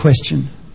question